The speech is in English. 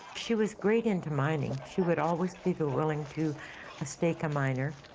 she was great into mining. she would always be willing to stake a miner.